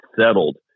settled